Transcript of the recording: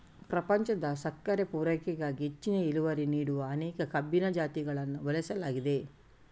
ಪ್ರಪಂಚದ ಸಕ್ಕರೆ ಪೂರೈಕೆಗಾಗಿ ಹೆಚ್ಚಿನ ಇಳುವರಿ ನೀಡುವ ಅನೇಕ ಕಬ್ಬಿನ ಜಾತಿಗಳನ್ನ ಬೆಳೆಸಲಾಗಿದೆ